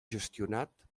gestionat